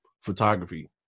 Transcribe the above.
photography